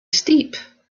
steep